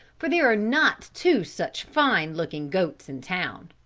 for there are not two such fine looking goats in town.